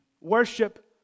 worship